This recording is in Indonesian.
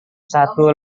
satu